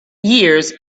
years